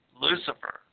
Lucifer